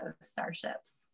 starships